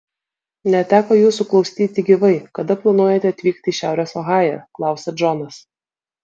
neteko jūsų klausyti gyvai kada planuojate atvykti į šiaurės ohają klausia džonas